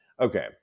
Okay